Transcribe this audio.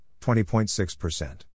20.6%